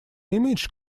image